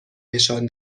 نشان